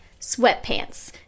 sweatpants